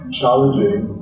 challenging